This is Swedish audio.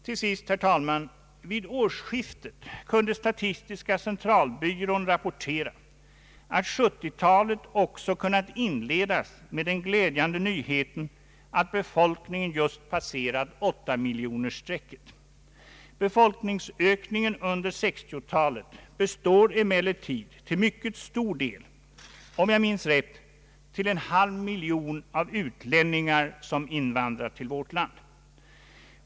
Till sist, herr talman, vid årsskiftet kunde statistiska centralbyrån rapportera, att 1970-talet också kunnat inledas med den glädjande nyheten att befolkningen just passerat åttamiljonersstrecket. Befolkningsökningen under 1960 talet består emellertid till mycket stor del — om jag minns rätt till en halv miljon — av utlänningar som invandrat till vårt land.